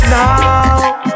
now